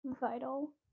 Vital